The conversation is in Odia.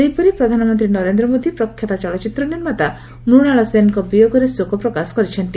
ସେହିପରି ପ୍ରଧାନମନ୍ତ୍ରୀ ନରେନ୍ଦ୍ର ମୋଦି ପ୍ରଖ୍ୟାତ ଚଳଚ୍ଚିତ୍ର ନିର୍ମାତା ମୃଣାଳ ସେନ୍ଙ୍କ ବିୟୋଗରେ ଶୋକ ପ୍ରକାଶ କରିଛନ୍ତି